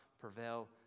prevail